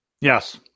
yes